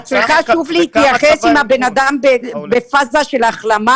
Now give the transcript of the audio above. את צריכה שוב להתייחס לנקודה האם הבן אדם בפאזה של החלמה